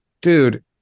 dude